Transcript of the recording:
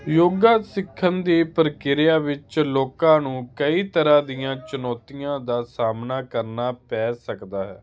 ਯੋਗਾ ਸਿੱਖਣ ਦੇ ਪ੍ਰਕਿਰਿਆ ਵਿੱਚ ਲੋਕਾਂ ਨੂੰ ਕਈ ਤਰ੍ਹਾਂ ਦੀਆਂ ਚੁਣੌਤੀਆਂ ਦਾ ਸਾਹਮਣਾ ਕਰਨਾ ਪੈ ਸਕਦਾ ਹੈ